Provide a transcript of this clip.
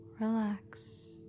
relax